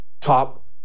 top